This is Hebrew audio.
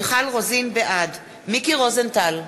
בעד מיקי רוזנטל,